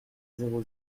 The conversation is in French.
zéro